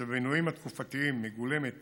ומכיוון שהמינויים התקופתיים מגולמת